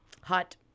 Hot